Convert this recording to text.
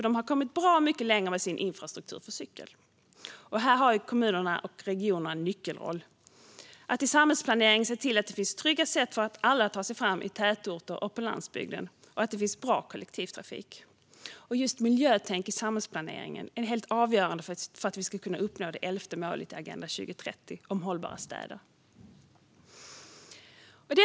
De har kommit bra mycket längre med sin infrastruktur för cykel. Här har kommunerna och regionerna en nyckelroll att i samhällsplaneringen se till att det finns trygga sätt för alla att ta sig fram i tätorter och på landsbygden och att det finns bra kollektivtrafik. Just miljötänk i samhällsplaneringen är helt avgörande för att vi ska kunna uppnå det elfte målet i Agenda 2030 om hållbara städer.